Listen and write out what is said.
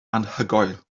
anhygoel